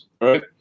right